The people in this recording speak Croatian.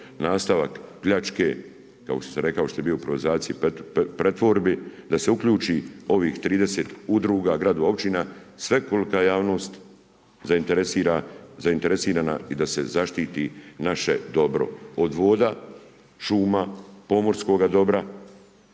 sam rekao što je bio u privatizaciji i pretvorbi da se uključi ovih 30 udruga, gradova i općina svekolika javnost zainteresirana i da se zaštititi naše dobro od voda, šuma, pomorskoga dobra,